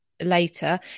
later